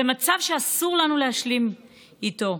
זה מצב שאסור לנו להשלים איתו.